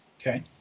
Okay